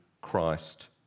Christ